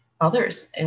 others